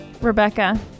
Rebecca